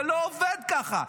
זה לא עובד ככה.